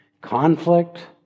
conflict